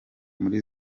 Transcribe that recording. muri